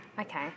Okay